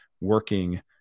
working